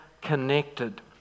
connected